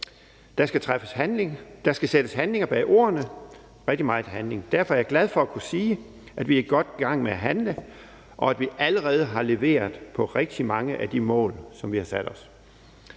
Der skal sættes handling bag ordene, rigtig meget handling. Derfor er jeg glad for at kunne sige, at vi er godt i gang med at handle, og at vi allerede har leveret på rigtig mange af de mål, som vi har sat os.